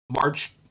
March